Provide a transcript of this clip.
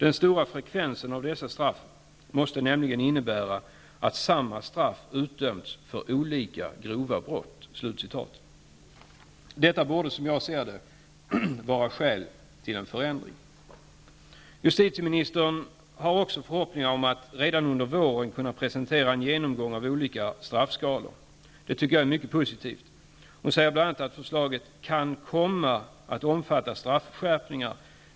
Den stora frekvensen av dessa straff måste nämligen innebära att samma straff utdömts för olika grova brott.'' -- Detta borde, som jag ser det, vara skäl för en förändring. Justitieministern har också förhoppningar om att redan under våren kunna presentera en genomgång av olika straffskalor. Det tycker jag är mycket positivt. Hon säger bl.a. att förslaget ''kan komma att omfatta straffskärpningar''.